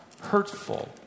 hurtful